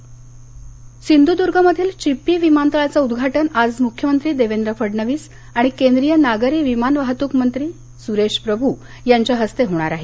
चिपी विमानतळ सिंधुदर्ग सिंधूदर्गमधील चिपी विमानतळाचं उद्घाटन आज मुख्यमंत्री देवेंद्र फडणवीस आणि केंद्रीय नागरी विमानवाहतुक मंत्री सुरेश प्रभू यांच्या हस्ते होणार आहे